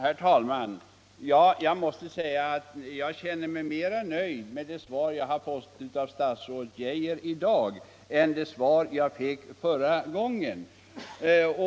Nr 30 Herr talman! Jag känner mig mera nöjd med det svar som jag i dag har fått av statsrådet Geijer än med det svar jag fick förra gången.